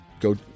go